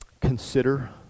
consider